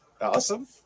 Awesome